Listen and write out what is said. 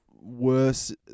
worse